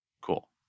cool